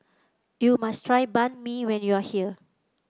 you must try Banh Mi when you are here